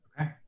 Okay